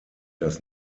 das